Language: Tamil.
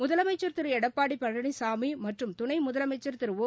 முதலமைச்சர் திரு எடப்பாடி பழனிசாமி மற்றும் துணை முதலமைச்சர் திரு ஓ